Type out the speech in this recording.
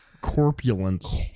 corpulence